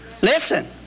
Listen